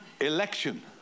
Election